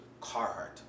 Carhartt